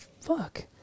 Fuck